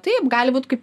taip gali būt kaip